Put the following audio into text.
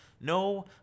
no